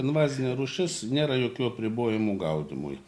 invazinė rūšis nėra jokių apribojimų gaudymui